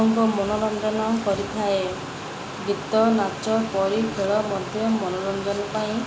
ଓ ମନୋରଞ୍ଜନ କରିଥାଏ ଗୀତ ନାଚ ପରି ଖେଳ ମଧ୍ୟ ମନୋରଞ୍ଜନ ପାଇଁ